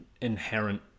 inherent